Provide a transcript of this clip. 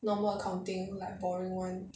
normal accounting like boring [one]